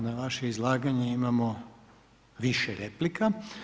Na vaše izlaganje imamo više replika.